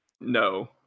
No